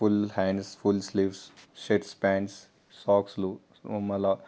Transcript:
full hands full sleeves shirts pants సాక్స్లు మళ్ళీ